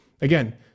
Again